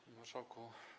Panie Marszałku!